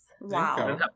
Wow